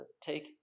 take